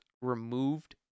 removed